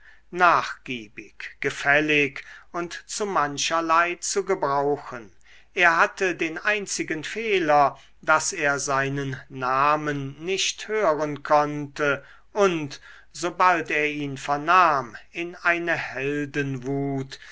nachgiebig gefällig und zu mancherlei zu gebrauchen er hatte den einzigen fehler daß er seinen namen nicht hören konnte und sobald er ihn vernahm in eine heldenwut